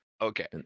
Okay